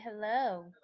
Hello